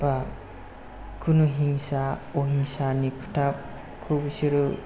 बा खुनु हिंसा अहिंसानि खोथाखौ बिसोरो